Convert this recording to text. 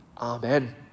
Amen